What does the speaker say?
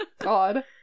God